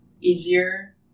easier